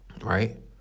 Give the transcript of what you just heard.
right